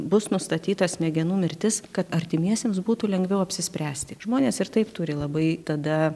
bus nustatyta smegenų mirtis kad artimiesiems būtų lengviau apsispręsti žmonės ir taip turi labai tada